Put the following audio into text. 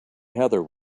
heather